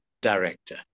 director